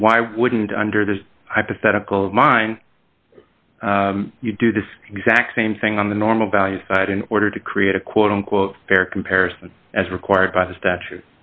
then why wouldn't under this hypothetical mine you do the exact same thing on the normal value side in order to create a quote unquote fair comparison as required by the statu